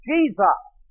Jesus